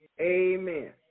Amen